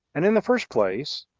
and in the first place,